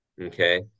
okay